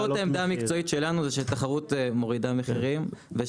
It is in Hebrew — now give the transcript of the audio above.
לפחות העמדה המקצועית שלנו זה שתחרות מורידה מחירים.